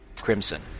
crimson